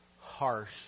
harsh